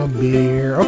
beer